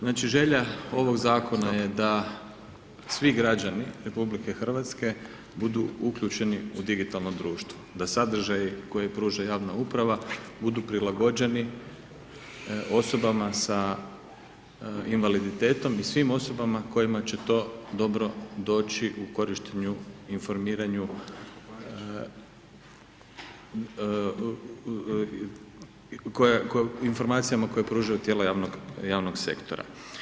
Znači, želja ovoga Zakona je da svi građani RH budu uključeni u digitalno društvo, da sadržaji koje pruža javna uprava budu prilagođeni osobama sa invaliditetom i svim osobama kojima će to dobro doći u korištenju, informiranju, informacijama koje pružaju tijela javnog sektora.